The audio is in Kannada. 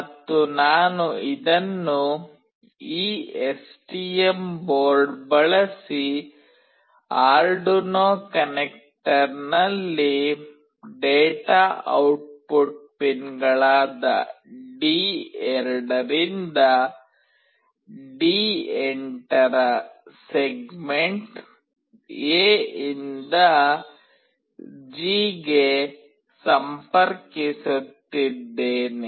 ಮತ್ತು ನಾನು ಇದನ್ನು ಈ ಎಸ್ಟಿಎಂ ಬೋರ್ಡ್ ಬಳಸಿ ಆರ್ಡುನೊ ಕನೆಕ್ಟರ್ನಲ್ಲಿ ಡೇಟಾ ಔಟ್ಪುಟ್ ಪಿನ್ಗಳಾದ ಡಿ2 ರಿಂದ ಡಿ8 ರ ಸೆಗ್ಮೆಂಟ್ ಎ ಇಂದ ಜಿ ಗೆ ಸಂಪರ್ಕಿಸುತ್ತಿದ್ದೇನೆ